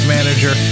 Manager